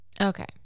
Okay